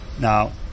Now